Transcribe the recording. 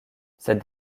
cette